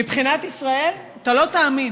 מבחינת ישראל, אתה לא תאמין,